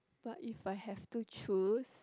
but if I have to choose